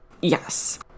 Yes